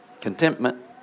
contentment